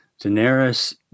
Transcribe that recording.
Daenerys